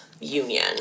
union